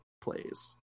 plays